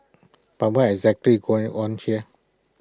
but what is actually going on here